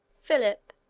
philip,